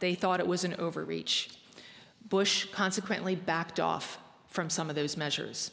they thought it was an overreach bush consequently backed off from some of those measures